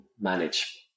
manage